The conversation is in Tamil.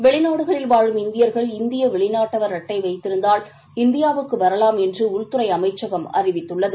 வெளிநாடுகளில் வாழும் இந்தியர்கள் இந்திய வெளிநாட்டவர் அட்டை வைத்திருந்தால் இந்தியாவுக்கு வரலாம் என்று உள்துறை அமைச்சகம் அறிவித்துள்ளது